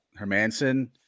Hermanson